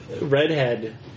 redhead